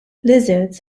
lizards